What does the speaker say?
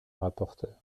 rapporteur